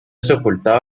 sepultado